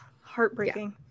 Heartbreaking